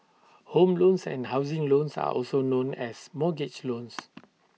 home loans and housing loans are also known as mortgage loans